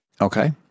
Okay